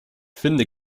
finde